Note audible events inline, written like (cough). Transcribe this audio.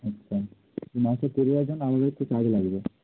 আচ্ছা মাছটা কেটে দেওয়ার জন্য (unintelligible) চার্জ লাগবে